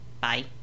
bye